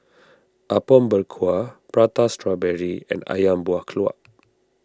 Apom Berkuah Prata Strawberry and Ayam Buah Keluak